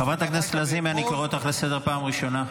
חברת הכנסת לזימי, אני קורא אותך לסדר פעם ראשונה.